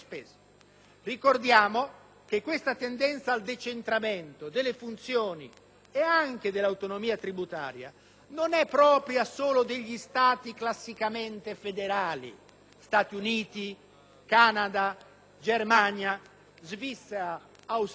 Ricordiamo che questa tendenza al decentramento delle funzioni e anche dell'autonomia tributaria non è propria solo degli Stati classicamente federali (Stati Uniti, Canada, Germania, Svizzera, Australia),